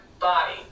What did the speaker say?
body